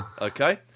Okay